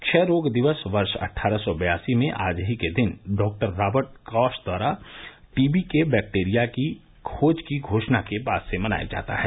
क्षय रोग दिवस वर्ष अट्ठारह सौ बयासी में आज ही के दिन डॉक्टर रॉबर्ट कॉश द्वारा टीबी के बैक्टीरिया की खोज की घोषणा के बाद से मनाया जाता है